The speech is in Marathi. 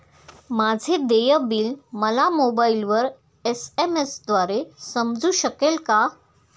माझे देय बिल मला मोबाइलवर एस.एम.एस द्वारे समजू शकेल का?